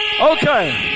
okay